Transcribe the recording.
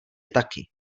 taky